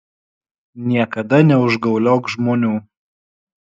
niekada neužgauliok žmonių